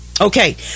Okay